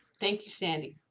thank you sandy.